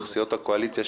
סיעות הקואליציה,